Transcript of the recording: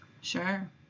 Sure